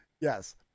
yes